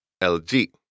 LG